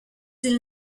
ils